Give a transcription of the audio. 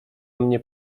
mnie